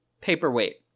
paperweight